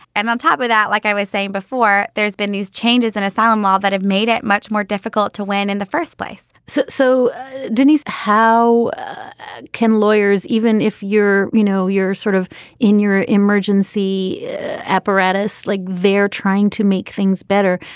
and on top of that, like i was saying before, there's been these changes in asylum law that have made it much more difficult to win in the first place so, so denise, how ah can lawyers, even if you're you know, sort of in your emergency apparatus like they're trying to make things better?